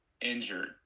injured